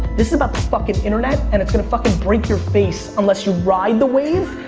this is about the fucking internet, and it can fucking break your face unless you ride the wave,